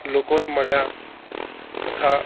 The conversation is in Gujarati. લોકોને મળ્યા તથા